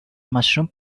mushroom